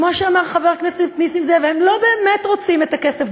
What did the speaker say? כמו שאמר חבר הכנסת נסים זאב: הם לא באמת רוצים את הכסף,